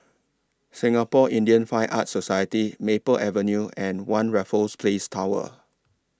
Singapore Indian Fine Arts Society Maple Avenue and one Raffles Place Tower